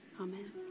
Amen